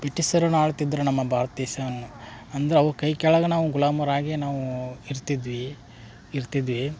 ಬಿಟಿಸರು ಆಳ್ತಿದ್ದರು ನಮ್ಮ ಭಾರ್ತ ದೇಶವನ್ನು ಅಂದ್ರೆ ಅವ್ರ್ ಕೈ ಕೆಳಗೆ ನಾವು ಗುಲಾಮರಾಗೇ ನಾವು ಇರ್ತಿದ್ವಿ ಇರ್ತಿದ್ವಿ